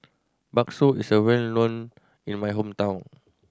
bakso is well known in my hometown